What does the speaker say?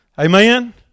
amen